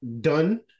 done